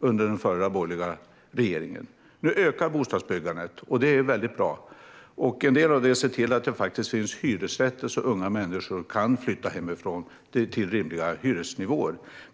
under den förra borgerliga regeringen. Nu ökar bostadsbyggandet, och det är väldigt bra. En del av det är att se till att det finns hyresrätter så att unga människor kan flytta hemifrån till rimliga hyresnivåer.